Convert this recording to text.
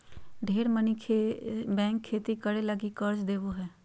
ढेर मनी बैंक खेती करे लगी कर्ज देवो हय